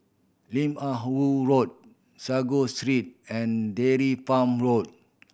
Lim Ah Woo Road Sago Street and Dairy Farm Road